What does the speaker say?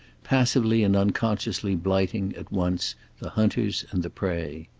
passively and unconsciously blighting, at once the hunters and the prey.